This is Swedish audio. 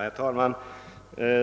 Herr talman!